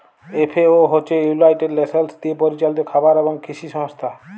FAO হছে united nations দিয়ে পরিচালিত খাবার এবং কিসি সংস্থা